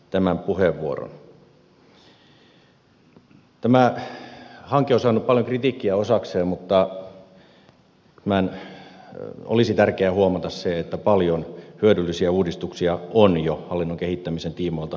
tämä hanke on saanut paljon kritiikkiä osakseen mutta olisi tärkeä huomata se että paljon hyödyllisiä uudistuksia on jo hallinnon kehittämisen tiimoilta saatu aikaan